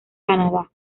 canadá